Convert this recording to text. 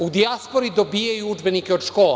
U dijaspori dobijaju udžbenike od škola.